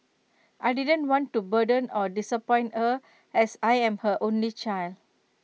I didn't want to burden or disappoint her as I'm her only child